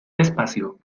despacio